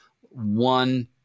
one